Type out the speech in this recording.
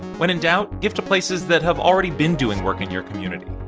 when in doubt, give to places that have already been doing work in your community